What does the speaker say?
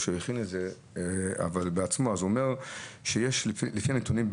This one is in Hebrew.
שהכין את זה בעצמו הוא אומר שלפי הנתונים,